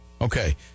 Okay